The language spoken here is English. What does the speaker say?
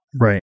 Right